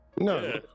No